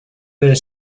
their